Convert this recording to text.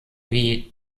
wie